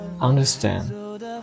Understand